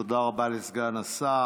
תודה רבה לסגן השר.